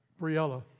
Briella